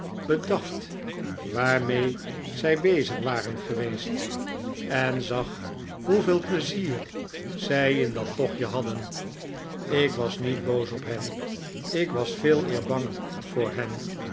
bedacht waarmee zij bezig waren geweest en zag hoeveel pleizier zij in dat tochtje hadden ik was niet boos op hen ik was veeleer bang voor hen